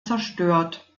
zerstört